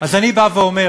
אז אני בא ואומר: